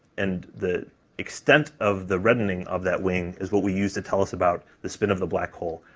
and, the extent of the reddening of that wing is what we use to tell us about the spin of the black hole.